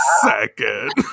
second